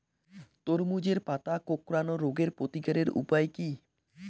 তরমুজের পাতা কোঁকড়ানো রোগের প্রতিকারের উপায় কী?